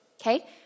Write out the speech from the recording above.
Okay